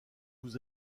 vous